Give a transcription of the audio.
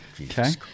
Okay